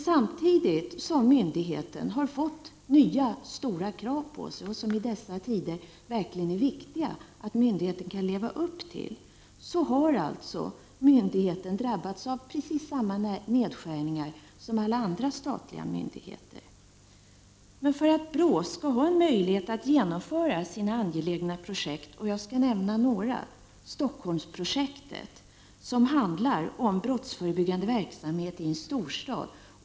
Samtidigt som BRÅ har fått nya, stora krav på sig — i dessa tider är det verkligen viktigt att myndigheten kan leva upp till dem — har således myndigheten drabbats av precis samma nedskärningar som alla andra statliga myndigheter. BRÅ arbetar med många angelägna projekt. Det gäller bl.a. Stockholmsprojektet, som handlar om brottsförebyggande verksamhet i en storstad.